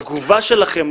התגובה שלכם,